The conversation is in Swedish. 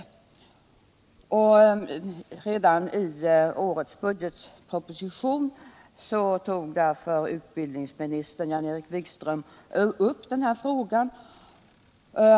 Utbildningsminister Jan-Erik Wikström har i årets budgetproposition tagit upp denna fråga.